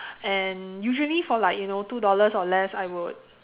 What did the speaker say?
and usually for like you know two dollars or less I would